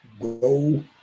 go